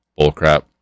bullcrap